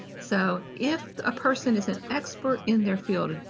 so if a person is an expert in their field,